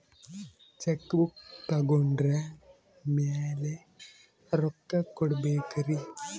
Check book ತೊಗೊಂಡ್ರ ಮ್ಯಾಲೆ ರೊಕ್ಕ ಕೊಡಬೇಕರಿ?